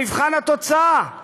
במבחן התוצאה.